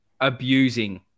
abusing